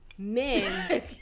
Men